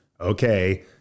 Okay